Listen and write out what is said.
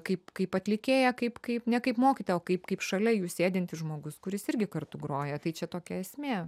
kaip kaip atlikėja kaip kaip ne kaip mokytoja o kaip kaip šalia jų sėdintis žmogus kuris irgi kartu groja tai čia tokia esmė